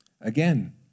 Again